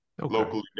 locally